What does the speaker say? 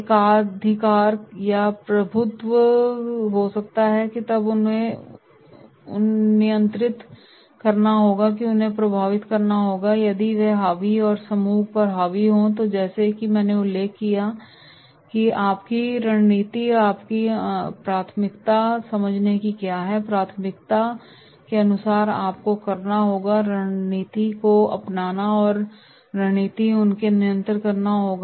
एकाधिकार या प्रभुत्व हो सकता है तब आपको उन्हें नियंत्रित करना होगा और उन्हें प्रभावित करना होगा यदि वे हावी हैं और समूह पर हावी हैं तो जैसा कि मैंने उल्लेख किया है कि आपकी रणनीति है आपको उनकी प्राथमिकता को समझना होगा और प्राथमिकता के अनुसार आपको करना होगा रणनीति को अपनाना और रणनीति उन्हें नियंत्रित करना होगा